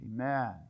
Amen